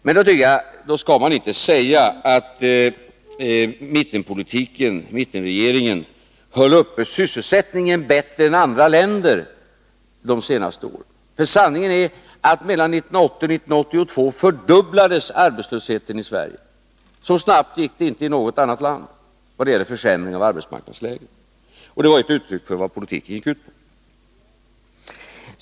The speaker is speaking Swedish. Men då skall man inte säga att mittenregeringen höll uppe sysselsättningen bättre än andra länder under de senaste åren. För sanningen är att mellan år 1980 och år 1982 fördubblades arbetslösheten i Sverige. Så snabbt gick det inte i något annat land när det gällde försämringen av arbetsmarknadsläget. Det var ett uttryck för vad politiken gick ut på.